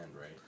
right